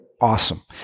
awesome